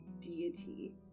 deity